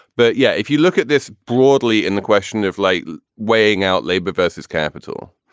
but yeah, if you look at this broadly in the question of like weighing out labor versus capital,